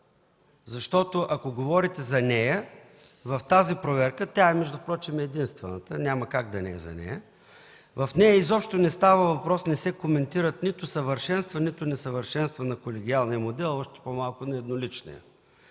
Защото, ако говорите за нея, в тази проверка, впрочем тя е единствената, няма как да не е за нея, в нея изобщо не става въпрос, не се коментират нито съвършенства, нито несъвършенства на колегиалния модел, още по-малко на едноличния.